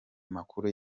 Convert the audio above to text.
makuru